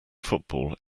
football